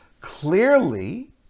Clearly